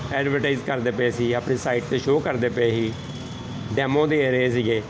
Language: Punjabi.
ਐਡਵਰਟਾਈਜ ਕਰਦੇ ਪਏ ਸੀ ਆਪਣੀ ਸਾਈਟ 'ਤੇ ਸ਼ੋਅ ਕਰਦੇ ਪਏ ਸੀ ਡੈਮੋ ਦੇ ਰਹੇ ਸੀਗੇ